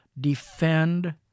defend